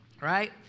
Right